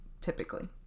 typically